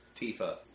Tifa